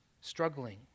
struggling